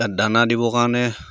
তাত দানা দিবৰ কাৰণে